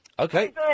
Okay